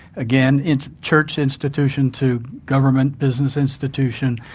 again, it's church institution to government business institution,